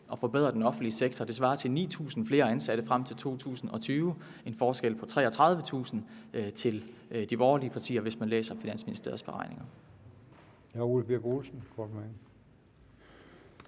at forbedre den offentlige sektor. Det svarer til 9.000 flere ansatte frem til 2020. Det betyder en forskel på 33.000 i forhold til de borgerlige partier, hvis man læser Finansministeriets beregninger.